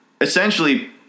essentially